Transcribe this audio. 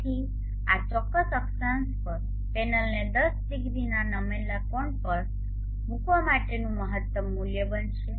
તેથી આ ચોક્કસ અક્ષાંશ પર પેનલને 10 ડિગ્રીના નમેલા કોણ પર મૂકવા માટેનું આ મહત્તમ મૂલ્ય બનશે